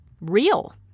real